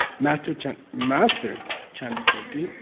master chan. master chandrakirti,